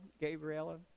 Gabriella